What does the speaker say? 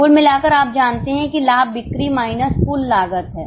कुल मिलाकर आप जानते हैं कि लाभ बिक्री माइनस कुल लागत है